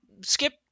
skip